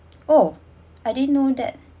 oh I didn't know that